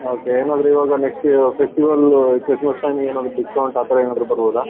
okay ಏನಾದರು ಇವಾಗ next festival Christmas ಟೈಮಿಗೆ ಏನಾದರು ಡಿಸ್ಕೌಂಟ್ ಆ ಥರ ಏನಾದರು ಬರ್ಬೋದಾ